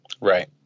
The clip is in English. Right